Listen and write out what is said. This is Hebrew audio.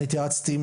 ההיריון,